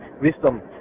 wisdom